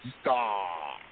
Star